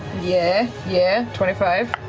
yeah, yeah, twenty five.